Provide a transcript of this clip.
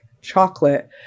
chocolate